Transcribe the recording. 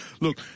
Look